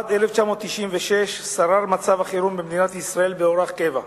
עד 1996 שרר מצב החירום במדינת ישראל באורח קבע.